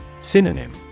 Synonym